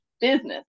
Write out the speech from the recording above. business